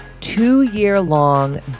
two-year-long